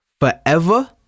forever